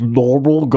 normal